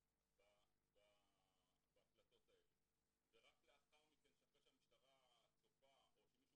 לצפות בהקלטות האלה ורק לאחר מכן שהמשטרה צופה או מישהו